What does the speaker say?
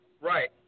Right